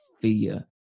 fear